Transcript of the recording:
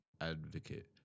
advocate